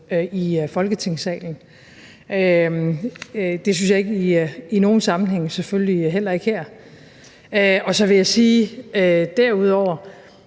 i Folketingssalen. Det synes jeg ikke i nogen sammenhænge og selvfølgelig heller ikke her. Og så vil jeg derudover